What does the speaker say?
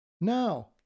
Now